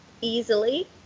easily